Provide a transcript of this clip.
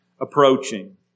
approaching